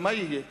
מה יהיה כאן?